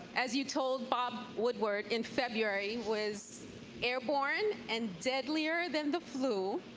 as you told bob woodward in february, was airborne, and deadlier than the flu,